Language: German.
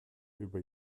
über